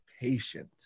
patient